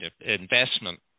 investment